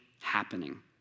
happening